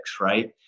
right